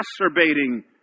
exacerbating